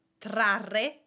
trarre